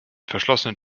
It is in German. verschlossenen